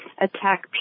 attack